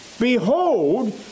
Behold